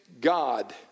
God